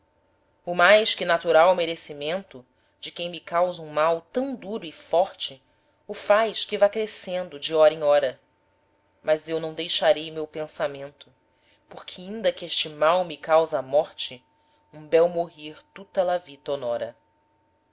o mais que natural merecimento de quem me causa um mal tão duro e forte o faz que vá crecendo de hora em hora mas eu não deixarei meu pensamento porque inda que este mal me causa a morte un bel morir tutta la vita onora